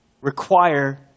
Require